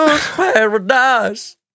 paradise